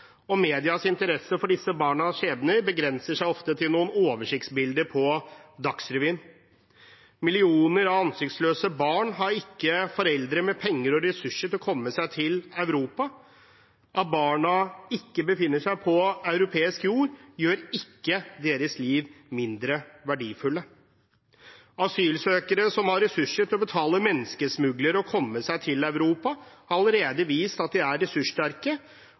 og medias interesse for disse barnas skjebne begrenser seg ofte til noen oversiktsbilder på Dagsrevyen. Millioner av ansiktsløse barn har ikke foreldre med penger og ressurser til å komme seg til Europa. At barna ikke befinner seg på europeisk jord, gjør ikke deres liv mindre verdifullt. Asylsøkere som har ressurser til å betale menneskesmuglere og komme seg til Europa, har allerede vist at de er ressurssterke,